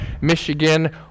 Michigan